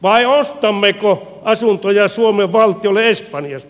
vai ostammeko asuntoja suomen valtiolle espanjasta